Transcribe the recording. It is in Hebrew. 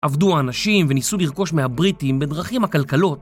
עבדו האנשים וניסו לרכוש מהבריטים בדרכים עקלקלות